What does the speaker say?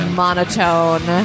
monotone